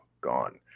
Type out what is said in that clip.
gone